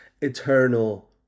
eternal